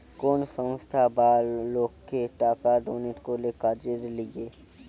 কোন সংস্থা বা লোককে টাকা ডোনেট করলে কাজের লিগে